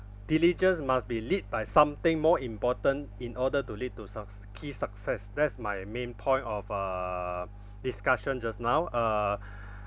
diligence must be lead by something more important in order to lead to sucs~key success that's my main point of uh discussion just now uh